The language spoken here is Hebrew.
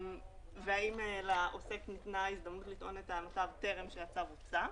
ואם לעוסק ניתנה הזדמנות לטעון את טענותיו טרם שהצו הוצא.